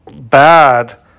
bad